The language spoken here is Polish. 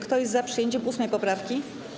Kto jest za przyjęciem 8. poprawki?